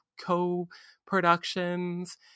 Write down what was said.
co-productions